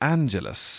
Angeles